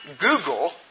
Google